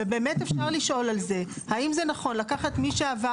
באמת אפשר לשאול האם זה נכון לקחת מי שעבר